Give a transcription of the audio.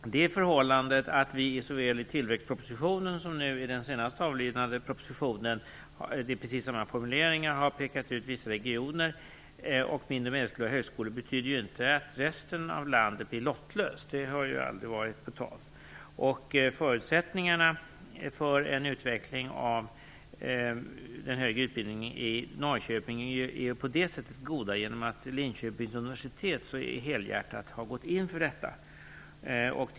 Det förhållandet att regeringen i såväl tillväxtpropositionen som nu i den senast avlämnade propositionen i precis samma formuleringar har pekat ut vissa regioner och mindre och medelstora högskolor betyder inte att resten av landet blir lottlöst. Det har aldrig varit på tal. Förutsättningarna för en utveckling av den högre utbildningen i Norrköping är goda genom att Linköpings unversitet så helhjärtat har gått in för detta.